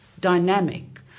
dynamic